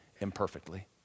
imperfectly